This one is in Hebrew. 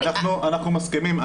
אנחנו מסכימים.